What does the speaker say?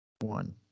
One